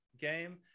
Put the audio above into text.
game